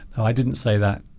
i didn't say that